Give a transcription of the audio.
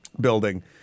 building